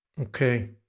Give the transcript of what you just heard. okay